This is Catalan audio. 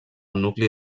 nucli